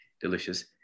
delicious